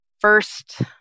first